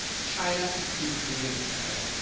china keeps moving ahead.